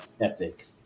ethic